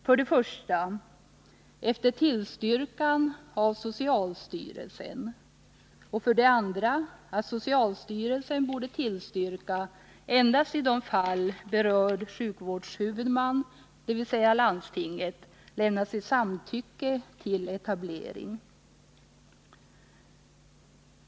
För det första skall tillstyrkan av socialstyrelsen lämnas och för det andra bör sådan tillstyrkan ske endast i de fall då berörd sjukvårdshuvudman — landstinget — lämnat sitt samtycke till etablering.